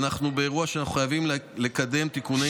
ואנחנו באירוע שאנחנו חייבים לקדם תיקוני